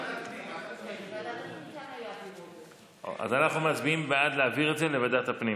אז אנחנו מצביעים בעד להעביר את זה לוועדת הפנים,